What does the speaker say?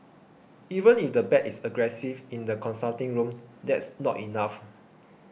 even if the pet is aggressive in the consulting room that's not enough